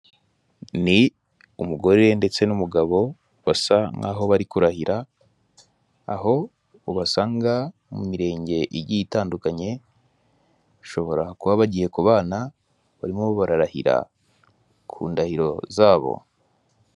Ni umugore ndetse n'umugabo basa nkaho bari kurahira aho ubasanga mu mirenge igiye itandukanye bashobora kuba bagiye kubana barimo bararahira ku ndahiro zabo.